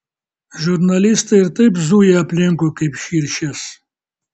žurnalistai ir taip zuja aplinkui kaip širšės